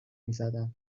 میزدن